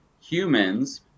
Humans